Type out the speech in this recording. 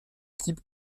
type